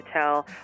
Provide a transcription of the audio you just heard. tell